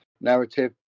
narrative